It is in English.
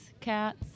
cats